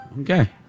Okay